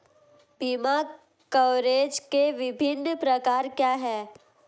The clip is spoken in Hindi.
बीमा कवरेज के विभिन्न प्रकार क्या हैं?